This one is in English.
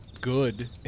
good